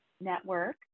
Network